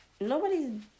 nobody's